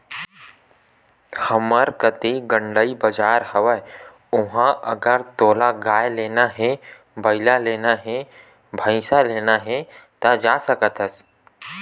हमर कती गंड़ई बजार हवय उहाँ अगर तोला गाय लेना हे, बइला लेना हे, भइसा लेना हे ता जा सकत हस